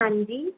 हांजी